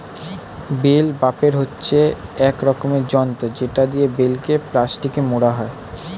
bell wrapper হচ্ছে এক রকমের যন্ত্র যেটা দিয়ে বেলকে প্লাস্টিকে মোড়া হয়